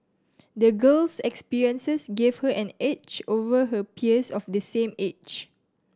the girl's experiences gave her an edge over her peers of the same age